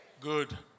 Good